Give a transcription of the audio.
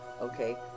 Okay